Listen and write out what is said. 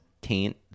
taint